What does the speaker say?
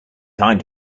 time